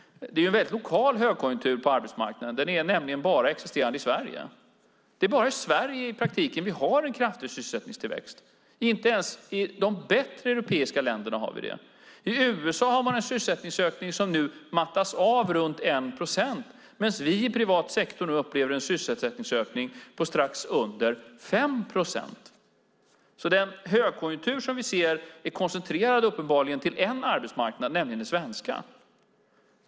Det är en väldigt lokal högkonjunktur på arbetsmarknaden. Den är nämligen bara existerande i Sverige. Det är i praktiken bara i Sverige vi har en kraftig sysselsättningstillväxt. Inte ens de bättre europeiska länderna har det. I USA har man en sysselsättningsökning som nu mattas av runt 1 procent, medan vi i privat sektor upplever en sysselsättningsökning på strax under 5 procent. Den högkonjunktur som vi ser är uppenbarligen koncentrerad till en arbetsmarknad, nämligen den svenska.